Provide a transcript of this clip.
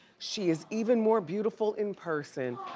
she is even more beautiful in person.